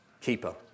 keeper